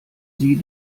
sie